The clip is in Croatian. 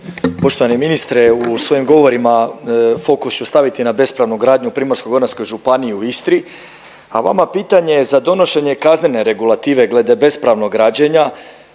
Poštovani ministre u svojim govorima fokus ću staviti na bespravnu gradnju u Primorsko-goranskoj županiji u Istri, a vama pitanje za donošenje kaznene regulative glede bespravnog građenja,